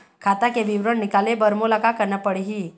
खाता के विवरण निकाले बर मोला का करना पड़ही?